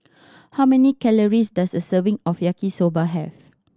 how many calories does a serving of Yaki Soba have